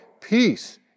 peace